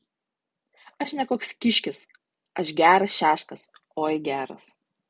aš ne koks kiškis aš geras šeškas oi geras